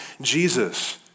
Jesus